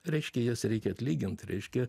reiškia jas reikia atlygint reiškia